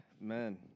man